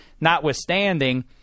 notwithstanding –